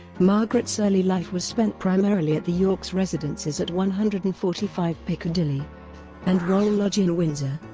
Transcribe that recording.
margaret's early life was spent primarily at the yorks' residences at one hundred and forty five piccadilly and royal lodge in windsor.